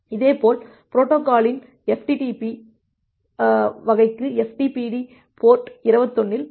இதேபோல் பொரோட்டோகாலின் எஃப்டிபிடி வகைக்கு ftpd போர்ட் 21 இல் தொடங்கும்